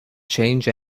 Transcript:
change